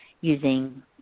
using